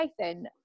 Nathan